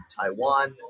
Taiwan